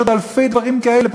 יש עוד אלפי דברים כאלה.